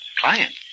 Client